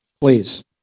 please